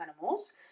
animals